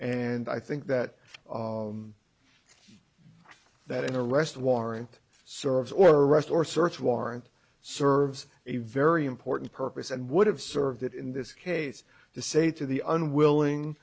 and i think that that an arrest warrant serves or arrest or search warrant serves a very important purpose and would have served it in this case to say to the unwilling